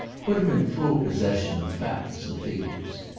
put him in full possession of facts and figures.